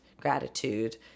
gratitude